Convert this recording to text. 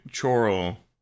choral